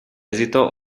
esito